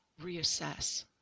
reassess